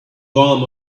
warm